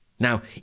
Now